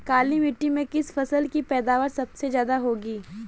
काली मिट्टी में किस फसल की पैदावार सबसे ज्यादा होगी?